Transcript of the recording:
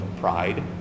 pride